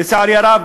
לצערי הרב,